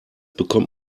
bekommt